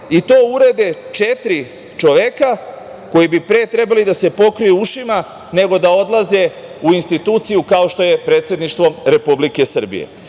i to urade četiri čoveka koji bi pre trebalo da se pokriju ušima nego da odlaze u instituciju kao što je Predsedništvo Republike Srbije. Vi